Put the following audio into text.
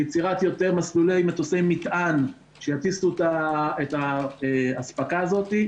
ביצירת יותר מסלולי מטוסי מטען שיטיסו את האספקה הזאת,